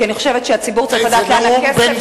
כי אני חושבת שהציבור צריך לדעת לאן הכסף שלו,